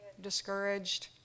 Discouraged